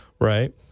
right